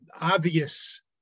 obvious